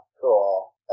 cool